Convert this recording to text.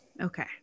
okay